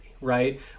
right